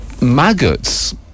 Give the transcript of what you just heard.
maggots